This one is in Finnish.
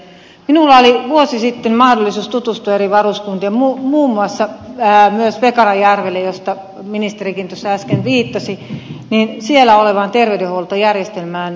minulla oli vuosi sitten mahdollisuus tutustua eri varuskuntiin muun muassa vekaranjärvellä johon ministerikin tuossa äsken viittasi olevaan terveydenhuoltojärjestelmään